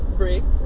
break